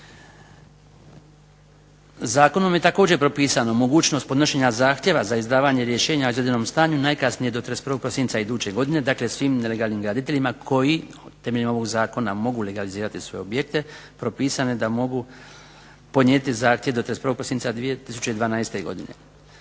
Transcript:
Zakonom je također propisano mogućnost podnošenja zahtjeva za izdavanje rješenja o izvedenom stanju najkasnije do 31. prosinca iduće godine dakle svim legalnim graditeljima koji temeljem ovog zakona mogu legalizirati svoje objekte propisane da mogu podnijeti zahtjev do 31. prosinca 2012. godine.